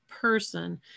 person